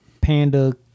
panda